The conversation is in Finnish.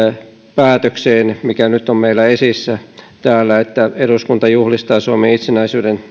päätökseen mikä nyt on meillä esillä täällä että eduskunta juhlistaa suomen itsenäisyyden